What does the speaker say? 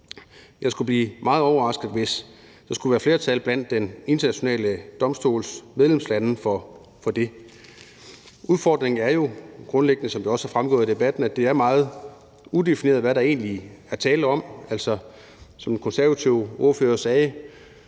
jeg skulle blive meget overrasket, hvis der skulle være flertal blandt Den Internationale Straffedomstols medlemslande for det. Udfordringen er jo grundlæggende, som det også er fremgået af debatten, at det er meget udefinerbart, hvad der egentlig er tale om. Som den konservative ordfører sagde: